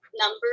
number